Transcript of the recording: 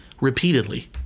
repeatedly